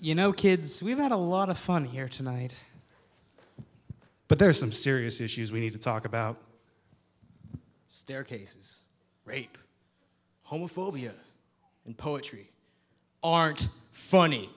you know kids we've had a lot of fun here tonight but there are some serious issues we need to talk about staircases rape homophobia and poetry aren't funny